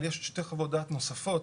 אבל יש שתי חוות דעת נוספות